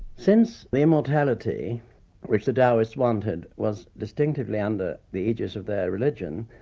since the immortality which the taoists wanted was distinctly under the aegis of their religion,